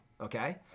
okay